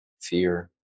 Fear